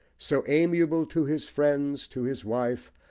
so amiable to his friends, to his wife,